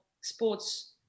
sports